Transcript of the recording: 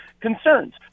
concerns